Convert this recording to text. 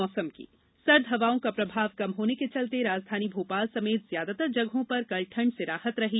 मौसम सर्द हवाओं का प्रभाव कम होने के चलते राजधानी भोपाल समेत ज्यादातर जगहों पर कल ठंड से राहत रही